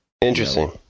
interesting